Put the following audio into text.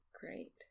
Great